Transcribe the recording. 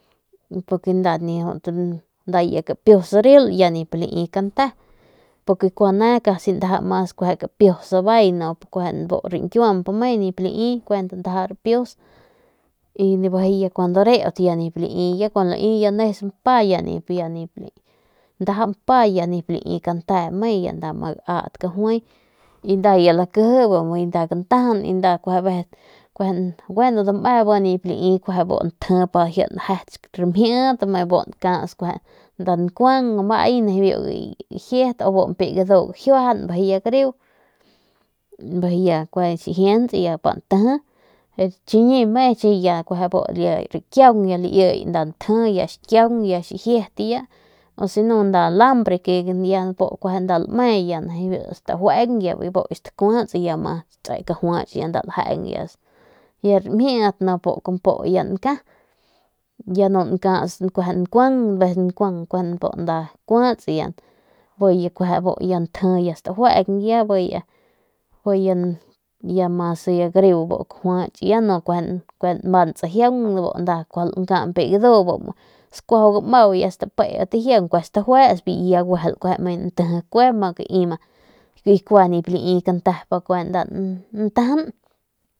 Y porque nda kapius aril nip lii kante kua ane casi mas es capius abai kiu nip lii nkiuamp y bejei cuando arit ya nip lii nis mpa ya nip lii ya nda ma gat kajuai y ya nda lankeje nda lantajan aveces kuent ni lii dame in kuent ntje pa ji njuet scamjet bebu nkuas nda nkuan bebu kjiet o campi nda gadu kjiujan pa que gariu bejei ku cara chjiens cue nteje chiñi ku kimia nda kkiaun lii kjieje ntje pa njuet rimjiet ya chjiet o si no nda alambre kue ya ni biu nda lme ya con ni biu stjuen ya bibiu stjues cajuach y ru rimjiet ya nda lanke ya no lankas nkuan bu nda kuas ya ntje stjuen be ya mas gariu mas cajuch ya no kue lmans ijiaun nda kuaju lpi bi gadu spiin bi gmau stajuesp ijiun y be ya guejel lme lanteje y kue nip lae cante ntajan.